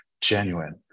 genuine